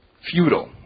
feudal